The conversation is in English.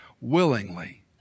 willingly